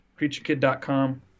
CreatureKid.com